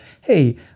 Hey